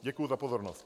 Děkuji za pozornost.